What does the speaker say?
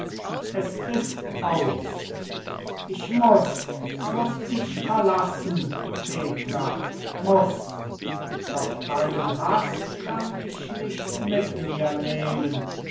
es ist aus ich muß muß dich verlassen thekla muß doch deinen haß kann ich nicht mit mir nehmen